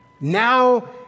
Now